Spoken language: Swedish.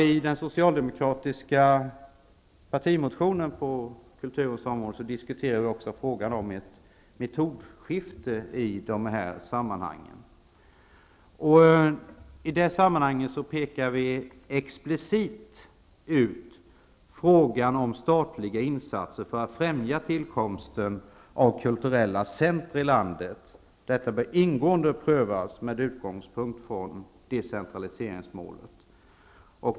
I den socialdemokratiska partimotionen på kulturens område tar vi också upp frågan om ett metodskifte. I det sammanhanget pekar vi explicit ut statliga insatser för att främja tillkomsten av kulturella centra i landet. Detta bör ingående prövas med utgångspunkt i decentraliseringsmålet.